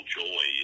joy